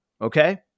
Okay